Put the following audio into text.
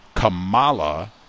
Kamala